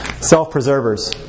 Self-preservers